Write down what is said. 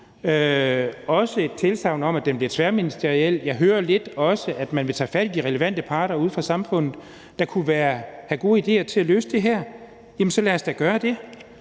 også et tilsagn om, at den bliver tværministeriel. Jeg hører også, at man vil tage fat i de relevante parter ude i samfundet, der kunne have gode idéer til at løfte det her. Jamen så lad os da gøre det;